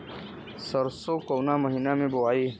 सरसो काउना महीना मे बोआई?